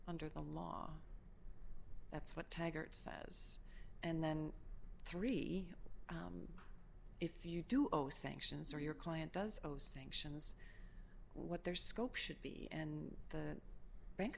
under the law that's what taggart says and then three if you do owe sanctions or your client does of sanctions what their scope should be and the bank